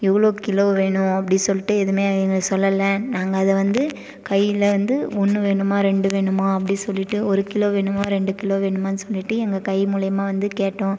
எவ்வளோ கிலோ வேணும் அப்படி சொல்லிட்டு எதுவுமே சொல்லல நாங்கள் அதை வந்து கையில் வந்து ஒன்று வேணுமா ரெண்டு வேணுமா அப்படி சொல்லிட்டு ஒரு கிலோ வேணுமா ரெண்டு கிலோ வேணுமானு சொல்லிட்டு எங்கள் கை மூலிமா வந்து கேட்டோம்